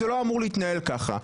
זה לא אמור להתנהל כך.